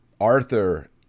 Arthur